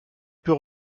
peut